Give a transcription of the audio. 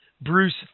Bruce